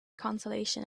consolation